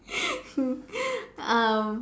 um